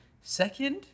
Second